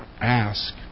ask